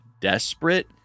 desperate